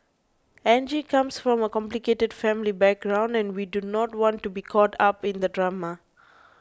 Angie comes from a complicated family background and we do not want to be caught up in the drama